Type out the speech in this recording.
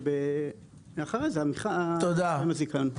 ואחרי כן יסתיים הזיכיון.